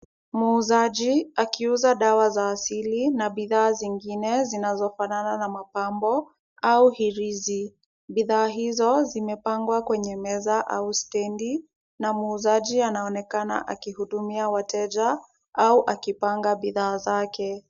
Muuzaji akiuza dawa za asili na bidhaa zingine zinazofanana na mapambo au hirizi, bidhaa hizo zimepangwa kwenye meza au stadi na muuzaji anaonekana akihudumia wateja au akipanga bidhaa zake.